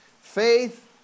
faith